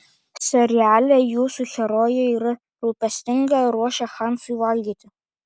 seriale jūsų herojė yra rūpestinga ruošia hansui valgyti